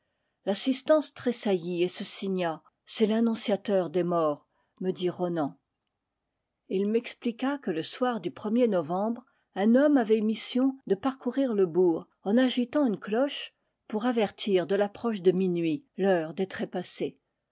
l'assistance tressaillit et se signa c'est l'annonciateur des morts me dit ronan et il m'expliqua que le soir du ier novembre un homme avait mission de parcourir le bourg en agitant une cloche pour avertir de l'approche de minuit l'heure des trépassés